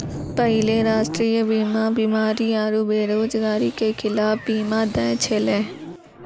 पहिले राष्ट्रीय बीमा बीमारी आरु बेरोजगारी के खिलाफ बीमा दै छलै